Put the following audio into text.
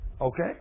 Okay